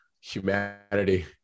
humanity